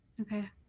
Okay